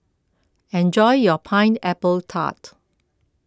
enjoy your Pineapple Tart